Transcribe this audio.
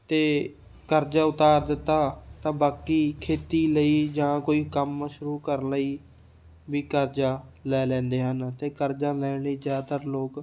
ਅਤੇ ਕਰਜ਼ਾ ਉਤਾਰ ਦਿੱਤਾ ਤਾਂ ਬਾਕੀ ਖੇਤੀ ਲਈ ਜਾਂ ਕੋਈ ਕੰਮ ਸ਼ੁਰੂ ਕਰਨ ਲਈ ਵੀ ਕਰਜ਼ਾ ਲੈ ਲੈਂਦੇ ਹਨ ਅਤੇ ਕਰਜ਼ਾ ਲੈਣ ਲਈ ਜ਼ਿਆਦਾਤਰ ਲੋਕ